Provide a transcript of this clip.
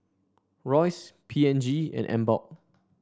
Royce P and G and Emborg